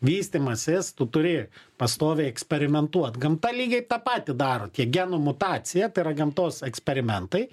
vystymasis tu turi pastoviai eksperimentuot gamta lygiai tą patį daro tiek genų mutacija tai yra gamtos eksperimentai